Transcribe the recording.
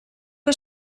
que